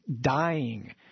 dying